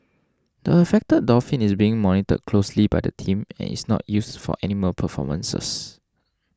the affected dolphin is being monitored closely by the team and is not used for animal performances